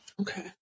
Okay